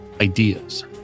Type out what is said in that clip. ideas